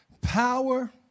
power